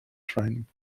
training